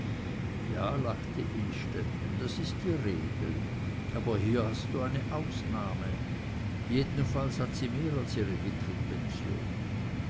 ja lachte innstetten das ist die regel aber hier hast du eine ausnahme jedenfalls hat sie mehr als ihre